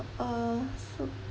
uh so